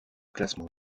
classement